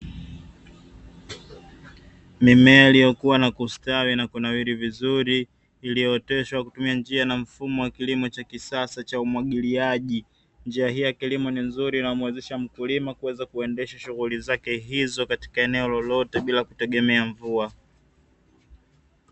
Mimea iliyokuwa na kustawi na kunawili vizuri, iliyooteshwa kwa kutumia njia na mfumo wa kilimo cha kisasa cha umwagiliaji njia hii ya kilimo ni nzuri inamuwezesha mkulima kuweza kuendesha shuguli zake hizo katika eneo lolote bila kutegemea mvua.